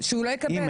שהוא לא יקבל.